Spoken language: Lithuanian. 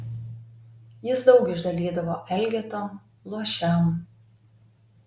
jis daug išdalydavo elgetom luošiam